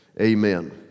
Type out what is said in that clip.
amen